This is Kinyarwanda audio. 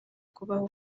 kubaho